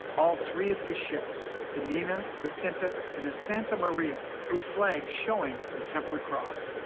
all three of his ships the nina, the pinta, and the santa maria flew flags showing the templar cross.